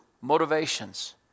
motivations